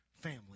family